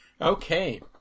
okay